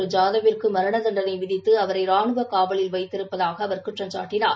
ஐாதவ்விற்கு மரண தண்டனை விதித்து அவரை ராணுவக் காவலில் வைத்திருப்பதாக அவர் குற்றம் சாட்டினார்